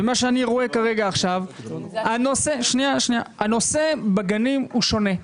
ומה שאני רואה עכשיו זה שהנושא בגנים הוא שונה.